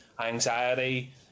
anxiety